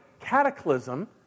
cataclysm